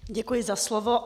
Děkuji za slovo.